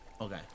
okay